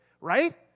right